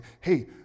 hey